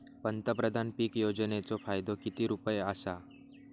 पंतप्रधान पीक योजनेचो फायदो किती रुपये आसा?